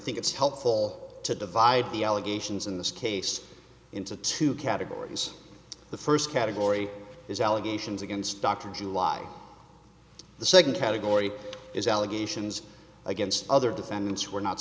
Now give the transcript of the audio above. think it's helpful to divide the allegations in this case into two categories the first category is allegations against dr july the second category is allegations against other defendants who are not